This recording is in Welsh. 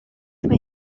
mae